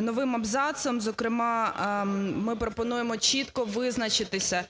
новим абзацом. Зокрема, ми пропонуємо чітко визначитися